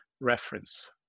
reference